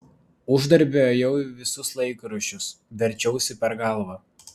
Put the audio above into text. uždarbio ėjau į visus laikraščius verčiausi per galvą